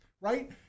right